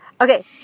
Okay